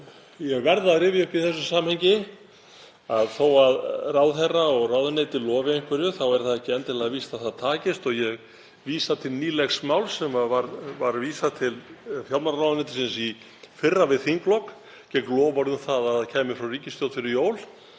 Ég verð að rifja upp í þessu samhengi að þó að ráðherra og ráðuneyti lofi einhverju er ekki endilega víst að það takist. Ég vísa til nýlegs máls sem vísað var til fjármálaráðuneytisins við þinglok í fyrra gegn loforði um að það kæmi frá ríkisstjórn fyrir jól